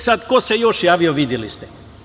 Sad, ko se još javio, videli ste.